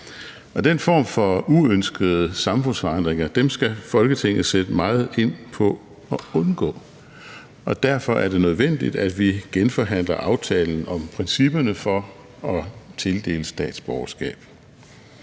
Den form for uønskede samfundsforandringer skal Folketinget sætte meget ind på at undgå, og derfor er det nødvendigt, at vi genforhandler aftalen om principperne for at tildele statsborgerskab.